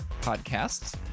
podcasts